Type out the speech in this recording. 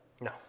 No